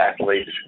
athletes